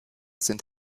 sind